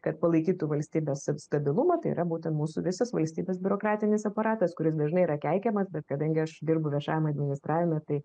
kad palaikytų valstybės stabilumą tai yra būten mūsų visas valstybės biurokratinis aparatas kuris dažnai yra keikiamas bet kadangi aš dirbu viešajam administravime tai